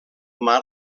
mar